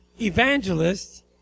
evangelists